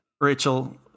Rachel